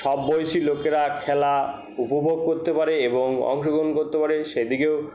সব বয়সি লোকেরা খেলা উপভোগ করতে পারে এবং অংশগ্রহণ করতে পারে সে দিকেও